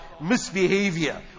misbehavior